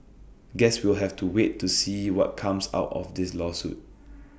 guess we'll have to wait to see what comes out of this lawsuit